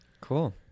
cool